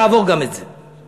נעבור גם את זה.